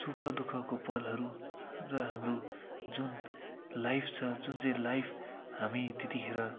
सुख दुखःको पलहरू र हाम्रो जुन लाइफ छ जुन चाहिँ लाइफ हामी त्यति खेर